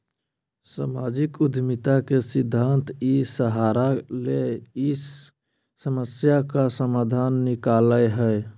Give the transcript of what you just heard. सामाजिक उद्यमिता के सिद्धान्त इ सहारा ले हइ समस्या का समाधान निकलैय हइ